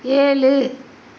ஏழு